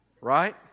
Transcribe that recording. right